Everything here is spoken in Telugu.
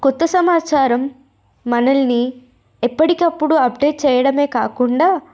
క్రొత్త సమాచారం మనల్ని ఎప్పటికప్పుడు అప్డేట్ చేయడమే కాకుండా